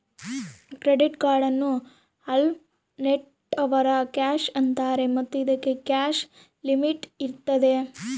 credit ಕಾರ್ಡನ್ನು alternative cash ಅಂತಾರೆ ಮತ್ತು ಇದಕ್ಕೆ ಕ್ಯಾಶ್ ಲಿಮಿಟ್ ಇರ್ತದ